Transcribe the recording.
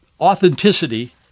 authenticity